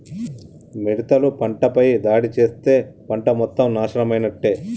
మిడతలు పంటపై దాడి చేస్తే పంట మొత్తం నాశనమైనట్టే